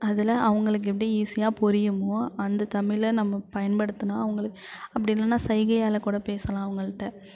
அதில் அவங்களுக்கு எப்படி ஈஸியாக புரியுமோ அந்த தமிழை நம்ம பயன்படுத்துனால் அவங்களுக் அப்படி இல்லைன்னா சைகையால் கூட பேசலாம் அவங்கள்ட்ட